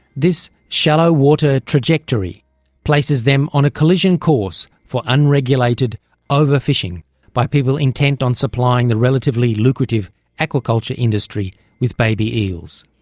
this shallow-water trajectory places them on a collision course for unregulated overfishing by people intent on supplying the relatively lucrative aquaculture industry with baby eels.